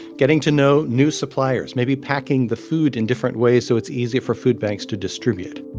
getting to know new suppliers, maybe packing the food in different ways so it's easier for food banks to distribute.